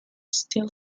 still